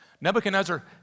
Nebuchadnezzar